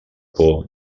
por